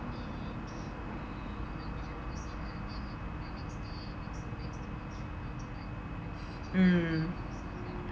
mm